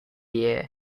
year